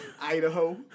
Idaho